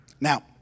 Now